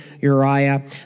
Uriah